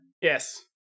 Yes